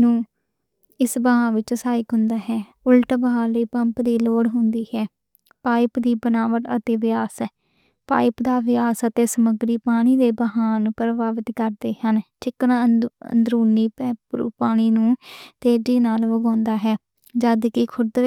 نوں اس بھاگ وچّے سہن ہوندا ہے۔ اُلت بھاو پمپ تے لوڑ ہوندی ہے۔ پائپ دی بناوٹ اتے ویاس، پائپ دا ویاس اتے سامگری، پانی دے بہاؤ نوں پربھاوت کردے ہن۔ چکنی آندھرونی پانی نوں تیزی نال بہاؤ ودا دیندی ہے۔ جد کہ کھردرے۔